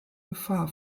gefahr